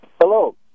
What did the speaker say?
Hello